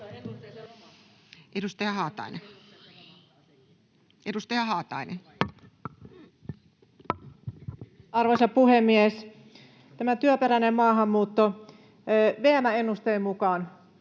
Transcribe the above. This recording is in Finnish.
14:47 Content: Arvoisa puhemies! Tämä työperäinen maahanmuutto: VM:n ennusteen mukaan